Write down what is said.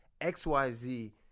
XYZ